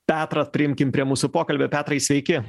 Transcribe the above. petrą priimkim prie mūsų pokalbio petrai sveiki